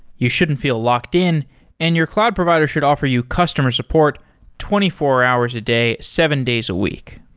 you shouldn't feel locked-in and your cloud provider should offer you customer support twenty four hours a day, seven days a week,